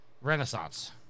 Renaissance